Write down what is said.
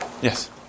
Yes